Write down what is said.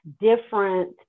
different